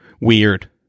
weird